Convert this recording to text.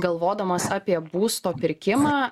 galvodamas apie būsto pirkimą